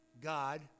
God